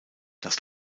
das